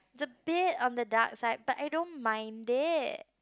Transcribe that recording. the bit on the dark side but I don't mind it